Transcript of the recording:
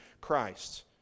Christ